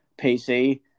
PC